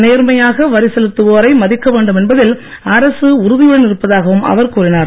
நேர்மையாக வரி செலுத்துவோரை மதிக்க வேண்டும் என்பதில் அரசு உறுதியுடன் இருப்பதாகவும் அவர் கூறினார்